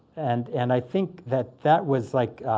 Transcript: and and i think that that was like